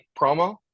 promo